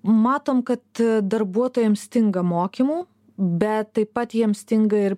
matom kad darbuotojams stinga mokymų bet taip pat jiems stinga ir